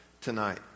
tonight